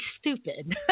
stupid